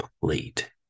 complete